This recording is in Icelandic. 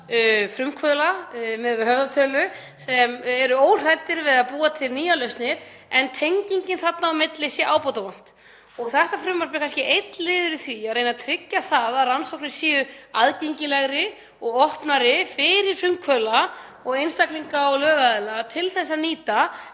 frumkvöðla miðað við höfðatölu sem eru óhræddir við að búa til nýjar lausnir en tengingunni þarna á milli sé ábótavant. Þetta frumvarp er kannski einn liður í því að reyna að tryggja það að rannsóknir séu aðgengilegri og opnari fyrir frumkvöðla og einstaklinga og lögaðila til að nýta